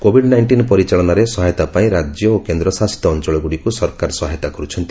Covid nineteen ପରିଚାଳନାରେ ସହାୟତା ପାଇଁ ରାଜ୍ୟ ଓ କେନ୍ଦ୍ଶାସିତ ଅଞ୍ଚଳଗୁଡ଼ିକୁ ସରକାର ସହାୟତା କରୁଛନ୍ତି